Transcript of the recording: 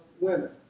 women